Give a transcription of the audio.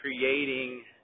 creating